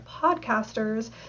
podcasters